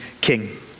king